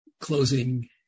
closing